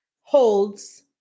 holds